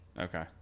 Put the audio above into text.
Okay